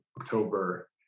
October